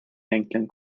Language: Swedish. egentligen